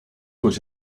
what